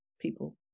people